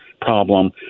problem